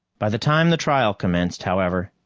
by the time the trial commenced, however,